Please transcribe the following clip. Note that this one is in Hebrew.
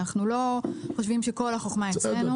אנחנו לא חושבים שכל החכמה אצלנו.